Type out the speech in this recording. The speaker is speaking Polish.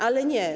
Ale nie.